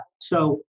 so-